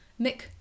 Mick